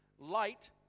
light